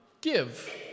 give